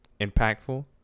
impactful